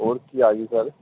ਔਰ ਕੀ ਆ ਗਈ ਸਰ